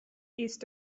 east